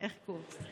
איך קורס?